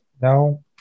No